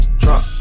drop